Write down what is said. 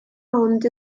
ond